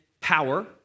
power